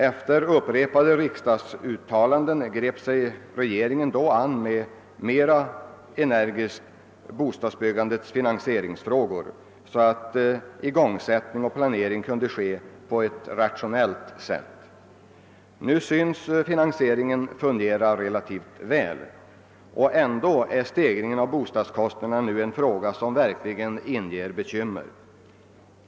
Efter upprepade riksdagsuttalanden grep sig regeringen då an mera energiskt med bostadsbyggandets finansieringsfrågor, så att igångsättning och planering kunde ske på ett rationellt sätt. Nu synes finansieringen fungera relativt väl. Ändå är stegringen av bostadsbyggnadskostnaderna nu en fråga som verkligen inger bekymmer.